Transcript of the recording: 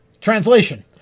Translation